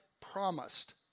promised